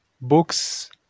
books